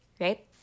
right